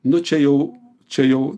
nu čia jau čia jau